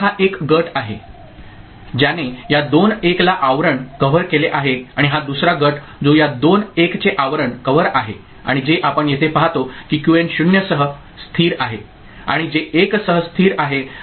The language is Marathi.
तर हा एक गट आहे ज्याने या दोन 1 ला आवरण कव्हर केले आहे आणि हा दुसरा गट जो या दोन 1 चे आवरण कव्हर आहे आणि जे आपण येथे पाहतो की क्यूएन 0 सह स्थिर आहे आणि जे 1 सह स्थिर आहे